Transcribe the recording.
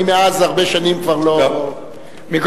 אני מאז הרבה שנים כבר לא, יש סיוע.